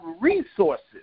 resources